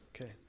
Okay